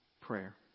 prayer